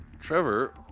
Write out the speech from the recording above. Trevor